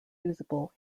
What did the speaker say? usable